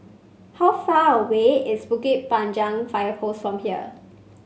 how far away is Bukit Panjang Fire Post from here